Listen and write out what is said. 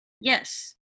Yes